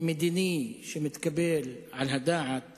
מדיני שמתקבל על הדעת